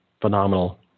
phenomenal